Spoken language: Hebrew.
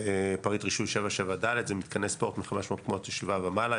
פריט רישוי 77ד' זה מתקני ספורט של 500 מקומות ישיבה ומעלה.